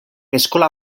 eskola